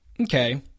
okay